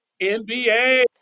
NBA